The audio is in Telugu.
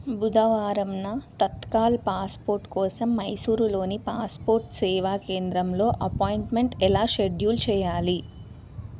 బుధవారంన తత్కాల్ పాస్పోర్ట్ కోసం మైసూరులోని పాస్పోర్ట్ సేవా కేంద్రంలో అపాయింట్మెంట్ ఎలా షెడ్యూల్ చెయ్యాలి